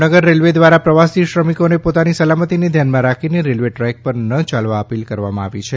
Bhavnagar railway દ્વારા પ્રવાસી શ્રમિકોને પોતાની સલામતીને ધ્યાનમાં રાખીને રેલવે ટ્રેક પર ન ચાલવા અપીલ કરવામાં આવી રહી છે